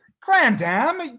grandam,